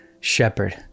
Shepherd